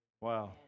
Wow